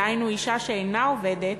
דהיינו אישה שאינה עובדת,